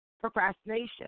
procrastination